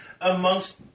amongst